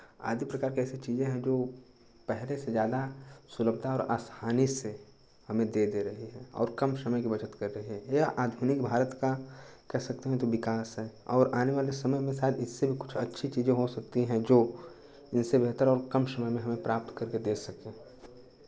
आदि प्रकार की ऐसी चीज़ें हैं जो पहले से ज़्यादा सुलभता और आसानी से हमें दे दे रहें हैं और कम समय की बचत कर रहे हैं या आधुनिक भारत का कह सकते हैं तो विकास है और आने वाले समय में शायद इससे भी कुछ अच्छी चीज़ें हो सकती हैं जो इससे बेहतर और कम समय में हमें प्राप्त करके दे सके